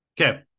Okay